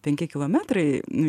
penki kilometrai